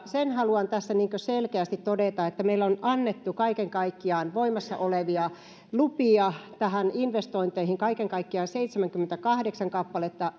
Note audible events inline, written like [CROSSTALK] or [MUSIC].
sen haluan tässä selkeästi todeta että meille on annettu kaiken kaikkiaan voimassa olevia lupia näihin investointeihin seitsemänkymmentäkahdeksan kappaletta [UNINTELLIGIBLE]